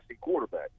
quarterback